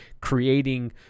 creating